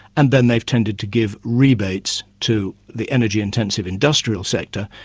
and then they've tended to give rebates to the energy-intensive industrial sector,